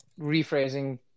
rephrasing